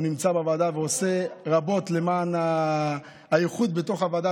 הוא נמצא בוועדה ועושה רבות למען האיחוד בתוך הוועדה,